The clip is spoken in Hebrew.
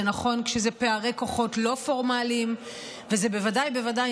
זה נכון כשזה פערי כוחות לא פורמליים וזה בוודאי ובוודאי